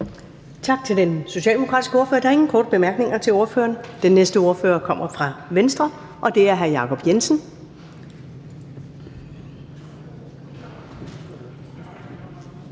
Tak til den socialdemokratiske ordfører. Der er ingen korte bemærkninger til ordføreren. Den næste ordfører kommer fra Venstre, og det er hr. Jacob Jensen.